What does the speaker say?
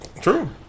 true